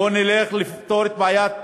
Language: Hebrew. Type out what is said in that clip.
בוא, נלך לפתור את בעיית